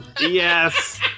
Yes